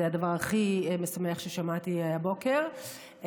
זה הדבר הכי משמח ששמעתי הבוקר.